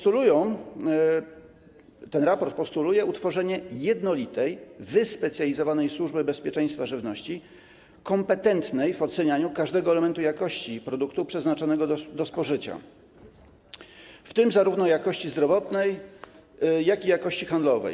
Ten raport postuluje utworzenie jednolitej, wyspecjalizowanej służby bezpieczeństwa żywności, kompetentnej w ocenianiu każdego elementu jakości produktu przeznaczonego do spożycia, w tym zarówno jakości zdrowotnej, jak i jakości handlowej.